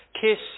kiss